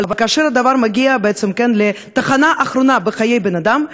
אבל כאשר הדבר מגיע בעצם לתחנה האחרונה בחיי האדם,